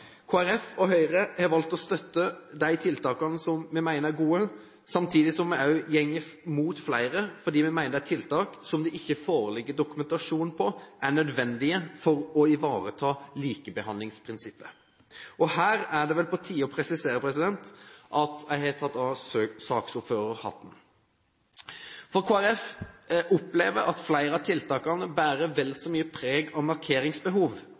og Høyre har valgt å støtte de tiltakene vi mener er gode, samtidig som vi også går imot flere, fordi vi mener det er tiltak som det ikke foreligger dokumentasjon på er nødvendige for å ivareta likebehandlingsprinsippet. Her er det vel på tide å presisere at jeg har tatt av saksordførerhatten. Kristelig Folkeparti opplever at flere av tiltakene bærer vel så mye preg av markeringsbehov,